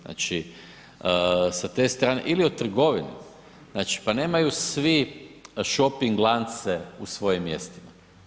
Znači, sa te strane, ili o trgovini, znači, pa nemaju svi šoping lance u svojim mjestima.